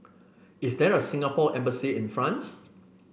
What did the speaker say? is there a Singapore Embassy in France